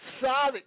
solid